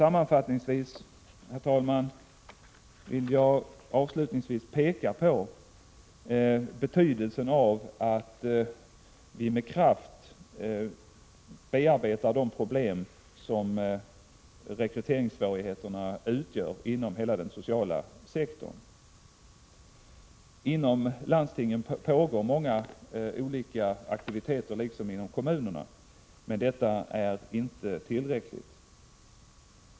Avslutningsvis, herr talman, vill jag peka på betydelsen av att vi med kraft bearbetar de problem som rekryteringssvårigheterna utgör inom hela den sociala sektorn. Inom landstinget pågår många olika aktiviteter liksom inom kommunerna. Men detta är inte tillräckligt.